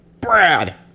brad